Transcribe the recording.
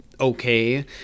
okay